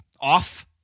off